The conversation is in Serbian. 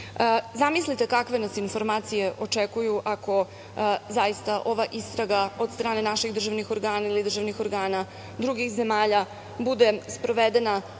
imovine. Zamislite kakve nas informacije očekuju ako zaista ova istraga od strane naših državnih organa ili državnih organa drugih zemalja bude sprovedena,